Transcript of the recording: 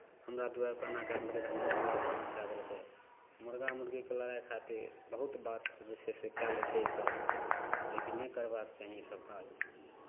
हमरा दुआरिपर एना कए देलकै तऽ हमरा दुआरिपर ओना कए देलकै मुरगा मुरगीके लड़ाइ खातिर बहुत बात जे छै से कए लै छै इसभ जे कि नहि करबाक चाही इसभ काज